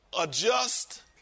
adjust